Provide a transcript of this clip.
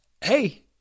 Hey